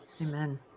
amen